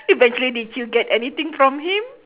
eventually did you get anything from him